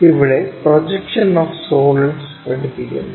ഇവിടെ projection of solids പഠിപ്പിക്കുന്നു